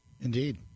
Indeed